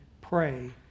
pray